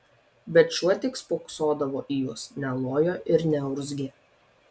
bet šuo tik spoksodavo į juos nelojo ir neurzgė